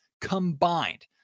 combined